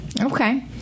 okay